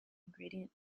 ingredient